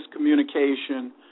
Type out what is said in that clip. miscommunication